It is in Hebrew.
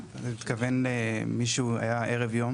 אתה מתכוון למי שהוא היה ערב יום?